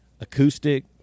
acoustic